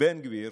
ובן גביר